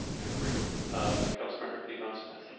i agree um compliment but people on